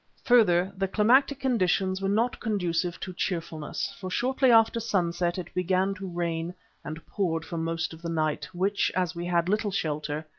further, the climatic conditions were not conducive to cheerfulness, for shortly after sunset it began to rain and poured for most of the night, which, as we had little shelter,